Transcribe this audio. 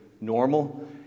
normal